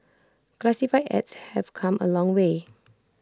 classified ads have come A long way